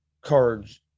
Cards